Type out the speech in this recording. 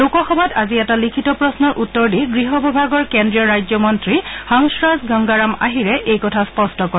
লোকসভাত আজি এটা লিখিত প্ৰশ্নৰ উত্তৰ দি গৃহ বিভাগৰ কেন্দ্ৰীয় ৰাজ্য মন্নী হংসৰাজ গংগাৰাম আহিৰে এই কথা স্পষ্ট কৰে